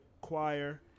choir